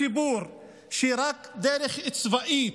לציבור שרק בדרך צבאית